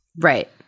Right